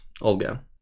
Olga